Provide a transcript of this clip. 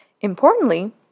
Importantly